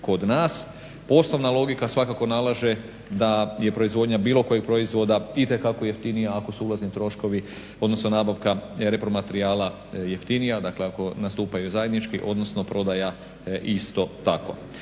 kod nas. Osnovna logika svakako nalaže da je proizvodnja bilo kojeg proizvoda itekako jeftinija ako su ulazni troškovi, odnosno nabavka repromaterijala jeftinija, dakle ako nastupaju zajednički odnosno prodaja isto tako.